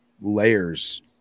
layers